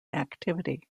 activity